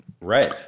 Right